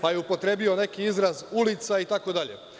Pa je upotrebio neki izraz „ulica“ itd.